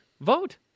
vote